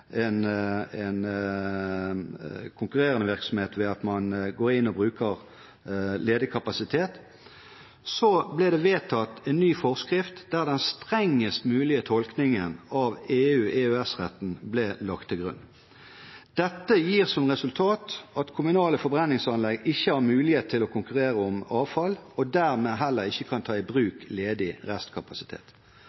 en konkurrerende virksomhet, ved at man går inn og bruker ledig kapasitet. Så blir det vedtatt en ny forskrift der den strengest mulige tolkningen av EU/EØS-retten ble lagt til grunn. Dette gir som resultat at kommunale forbrenningsanlegg ikke har mulighet til å konkurrere om avfall, og dermed heller ikke kan ta i bruk ledig restkapasitet.